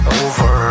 over